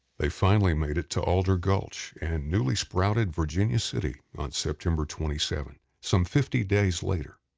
they finally made it to alder gulch and newly-sprouted virginia city on september twenty seven, some fifty days later.